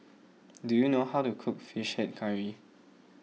do you know how to cook Fish Head Curry